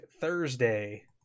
Thursday